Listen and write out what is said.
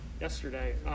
yesterday